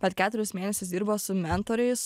per keturis mėnesius dirbo su mentoriais